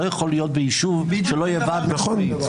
לא יכול להיות שביישוב לא יהיה ועד מקומי.